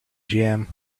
jam